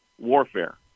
warfare